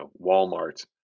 Walmart